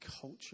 culture